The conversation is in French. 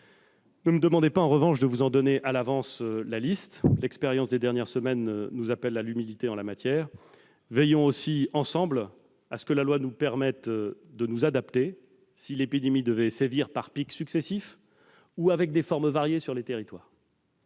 ne me demandez pas d'en dresser à l'avance la liste : l'expérience des dernières semaines nous appelle à l'humilité en la matière. Veillons aussi, ensemble, à ce que la loi nous permette de nous adapter si l'épidémie devait sévir par pics successifs ou selon des formes variées sur les territoires.